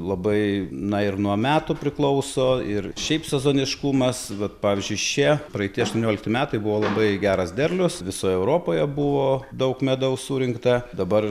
labai na ir nuo metų priklauso ir šiaip sezoniškumas vat pavyzdžiui šie praeiti aštuoniolikti metai buvo labai geras derlius visoj europoje buvo daug medaus surinkta dabar